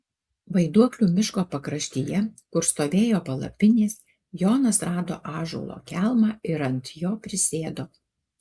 vaiduoklių miško pakraštyje kur stovėjo palapinės jonas rado ąžuolo kelmą ir ant jo prisėdo